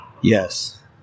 Yes